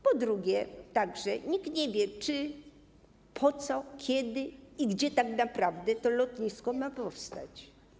Po drugie, nikt nie wie, czy, po co, kiedy i gdzie tak naprawdę to lotnisko ma powstać.